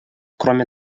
кроме